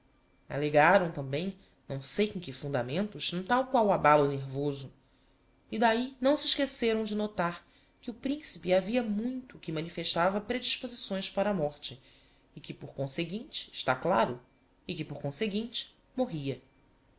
alegaram tambem não sei com que fundamentos um tal qual abalo nervoso e d'ahi não se esqueceram de notar que o principe havia muito que manifestava predisposições para a morte e que por conseguinte está claro e que por conseguinte morria